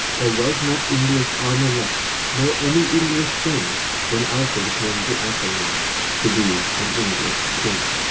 there was not english armour left, nor any english thing, when alfred came to athelney to be an english king.